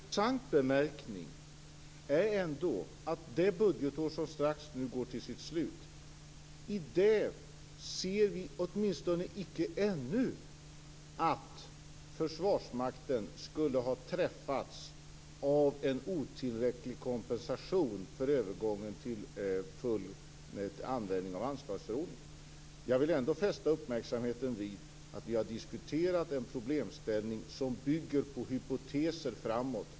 Fru talman! En intressant bemärkning är att i det budgetår som strax går mot sitt slut ser vi, åtminstone icke ännu, att Försvarsmakten skulle ha träffats av en otillräcklig kompensation för övergången till full användning av anslagsförordningen. Jag vill ändå fästa uppmärksamheten vid att vi har diskuterat den problemställning som bygger på hypoteser framåt.